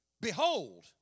Behold